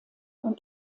und